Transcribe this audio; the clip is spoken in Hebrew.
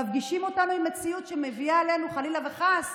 שמפגישים אותנו עם מציאות שמביאה עלינו חלילה וחס